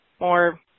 more